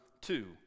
two